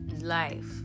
life